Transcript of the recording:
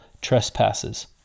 trespasses